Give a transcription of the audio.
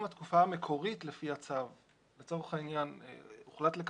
הסכמה כאמור בסעיף קטן זה יכול להיות